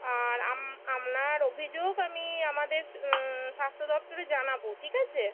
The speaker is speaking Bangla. আর আম আপনার অভিযোগ আমি আমাদের স্বাস্থ্য দপ্তরে জানাবো ঠিক আছে